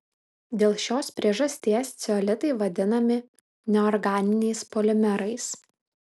dėl šios priežasties ceolitai vadinami neorganiniais polimerais